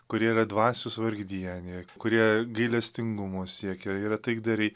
kurie yra dvasios vargdieniai kurie gailestingumo siekio yra taikdariai